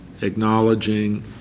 acknowledging